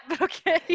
Okay